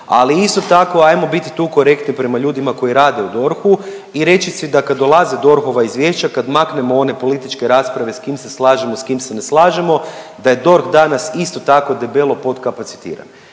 ali isto tako, ajmo biti tu korektni prema ljudima koji rade u DORH-u i reći si da kada dolaze DORH-ova izvješća, kad maknemo one političke rasprave s kim se slažemo, s kim se ne slažemo, da je DORH danas isto tako debelo potkapacitiran.